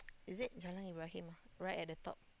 is it Jalan-Ibrahim right at the top